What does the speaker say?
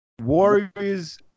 Warriors